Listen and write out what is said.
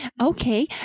Okay